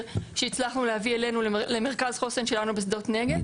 שהצלחנו להביא אלינו למרכז חוסן שלנו בשדות נגב.